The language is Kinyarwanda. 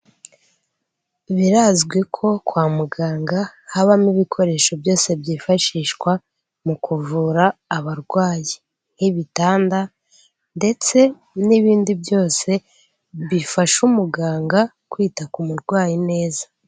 Birazwi ko kwa muganga habamo ibikoresho byose byifashishwa mu kuvura abarwayi, nk'ibitanda ndetse n'ibindi byose bifasha umuganga kwita ku murwayi neza.